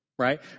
right